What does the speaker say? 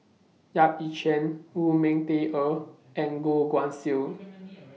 Yap Ee Chian Lu Ming Teh Earl and Goh Guan Siew